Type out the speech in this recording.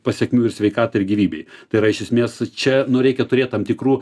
pasekmių ir sveikatai ir gyvybei tai yra iš esmės čia nu reikia turėt tam tikrų